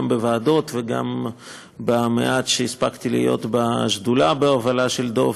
גם בוועדות וגם במעט שהספקתי להיות בשדולה בהובלה של דב,